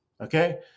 okay